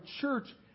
church